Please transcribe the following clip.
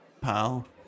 Pal